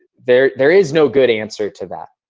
there there is no good answer to that.